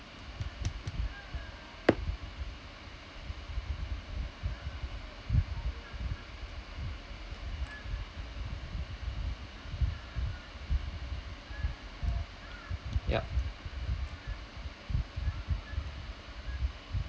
yeah